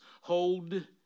hold